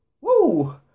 Woo